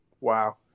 Wow